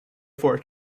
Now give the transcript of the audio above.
for